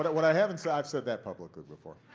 but what i haven't said i've said that publicly before.